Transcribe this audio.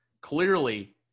Clearly